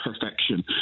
perfection